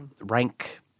rank